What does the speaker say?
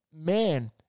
man